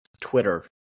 Twitter